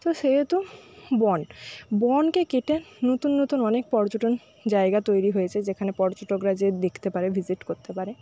তো সেহেতু বন বনকে কেটে নতুন নতুন অনেক পর্যটন জায়গা তৈরি হয়েছে যেখানে পর্যটকটা যেয়ে দেখতে পারে ভিজিট করতে পারে